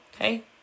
Okay